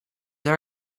are